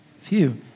Phew